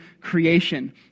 creation